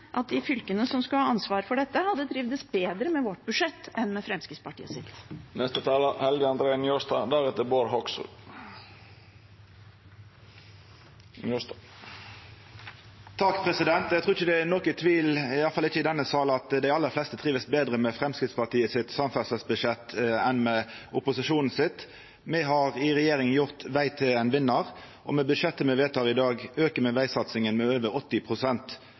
at de fylkene som skal ha ansvar for dette, hadde trivdes bedre med vårt budsjett enn med Fremskrittspartiets. Eg trur det ikkje er nokon tvil, iallfall ikkje i denne salen, om at dei aller fleste trivst betre med Framstegspartiets samferdselsbudsjett enn med opposisjonen sitt. Me har i regjering gjort veg til ein vinnar, og med budsjettet me vedtek i dag, aukar me vegsatsinga med over